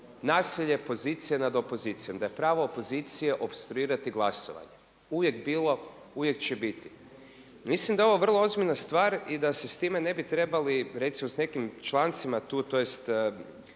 nasilje pozicija nad opozicijom, da je pravo opozcije opstruirati glasovanje uvijek bilo, uvijek će biti. Mislim da je ovo vrlo ozbiljna stvar i da se sa time ne bi trebali, recimo sa nekim člancima tu, tj.